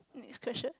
next question